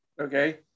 Okay